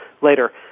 later